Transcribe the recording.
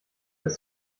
ist